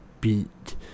beat